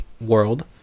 world